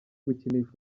gukinisha